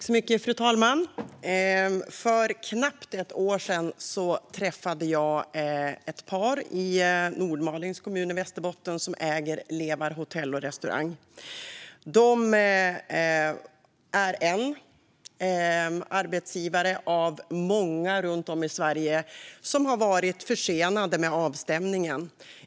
Fru talman! För knappt ett år sedan träffade jag ett par i Nordmalings kommun i Västerbotten som äger Levar hotell där man även driver en restaurang. De är en av många arbetsgivare runt om i Sverige som har varit försenade med avstämningen.